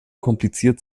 kompliziert